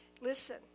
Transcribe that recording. Listen